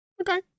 Okay